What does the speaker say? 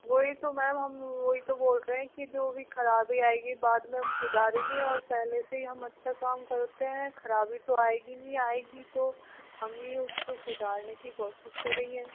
वही तो मैम हम वही तो बोल रहे हैं कि जो भी खराबी आएगी बाद में हम सुधारेंगे और पहले से ही हम अच्छा काम करते हैं खराबी तो आएगी नहीं और आएगी तो हम ही उस को सुधारने की कोशिश करेंगे